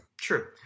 True